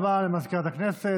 תודה רבה למזכירת הכנסת.